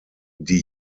die